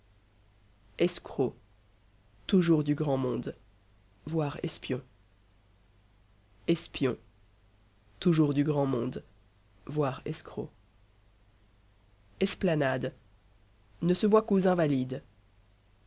escroc toujours du grand monde v espion espion toujours du grand monde v escroc esplanade ne se voit qu'aux invalides